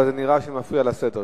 נראה שזה מפריע לסדר קצת.